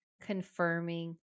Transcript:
confirming